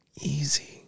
Easy